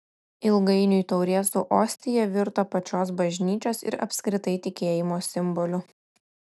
ilgainiui taurė su ostija virto pačios bažnyčios ir apskritai tikėjimo simboliu